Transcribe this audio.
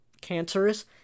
cancerous